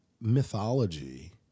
mythology